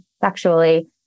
sexually